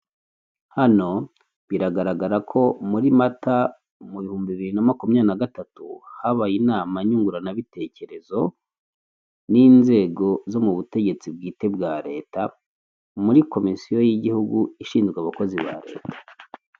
Inzu ikoreramo ubucuruzi icyuma gitunganya amata, intebe ya pulasitiki ameza etageri ndende irimo abajerekani y'umweru arambitse, ikarito n'amacupa y'amazi inkongoro hejuru.